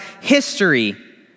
history